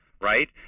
right